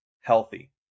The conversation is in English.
healthy